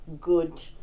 good